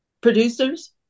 producers